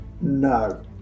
No